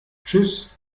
tschüss